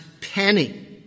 penny